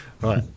Right